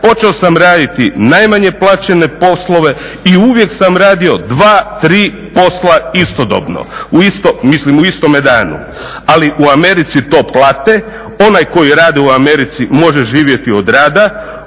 počeo sam raditi najmanje plaćene poslove i uvijek sam radio dva, tri posla istodobno, mislim u istome danu. Ali u Americi to plate. Onaj koji radi u Americi može živjeti od rada,